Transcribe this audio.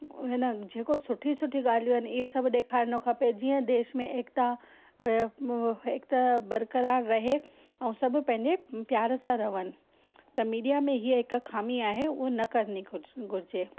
उने लाइ जेको सुठी सुठी ॻाल्हियूं अन उहे सभु ॾेखारिणो खपे जीअं देश में एकता एकता बरकरार रहे ऐं पंहिंजे प्यार सां रहन त मीडिया में हीअ हिक ख़ामी आहे हूअ न करिणी घुर घुरिजे